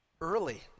early